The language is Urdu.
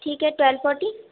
ٹھیک ہے ٹوئلو فورٹی